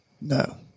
No